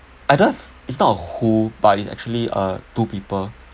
I don't have it's not a who but it's actually uh two people